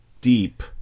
deep